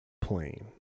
plane